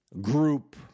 Group